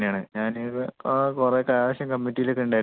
ഞാൻ ആ കുറേ കാലം കളക്ഷൻ കമ്മിറ്റിലൊക്കെ ഉണ്ടായിരുന്നു